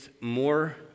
more